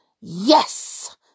yes